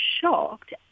shocked